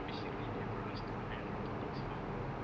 then basically they brought us to hydroponics farm